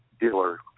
dealer